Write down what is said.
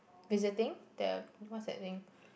visiting the what's that thing